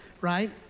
right